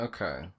Okay